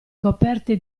coperte